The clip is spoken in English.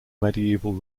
medieval